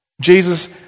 Jesus